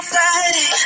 Friday